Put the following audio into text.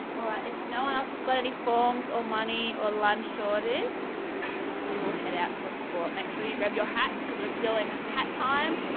all right, if no one else has got any forms or money or lunch orders we will head out for sport. make sure you grab your hats because we're still in hat time.